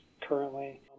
currently